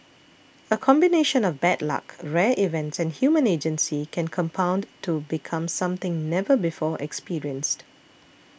a combination of bad luck rare events and human agency can compound to become something never before experienced